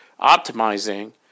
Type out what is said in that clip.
optimizing